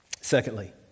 Secondly